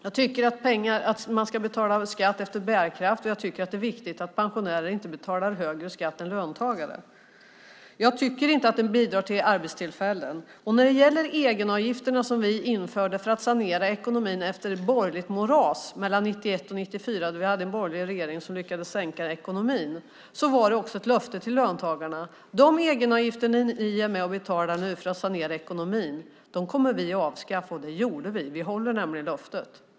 Jag tycker att man ska betala skatt efter bärkraft, och jag tycker att det är viktigt att pensionärer inte betalar högre skatt än löntagare. Jag tycker inte att den bidrar till arbetstillfällen. När det gäller egenavgifterna, som vi införde för att sanera ekonomin efter ett borgerligt moras mellan 1991 och 1994 då vi hade en borgerlig regering som lyckades sänka ekonomin, var det ett löfte till löntagarna: De egenavgifter ni är med och betalar när vi ska sanera ekonomin kommer vi att avskaffa. Det gjorde vi. Vi håller nämligen löften.